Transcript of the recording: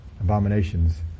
abominations